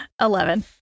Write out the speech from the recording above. Eleven